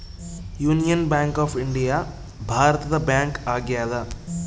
union bank of India ಭಾರತದ bank ಆಗ್ಯಾದ